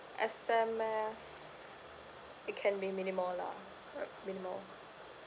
S_M_S it can be minimal lah uh minimal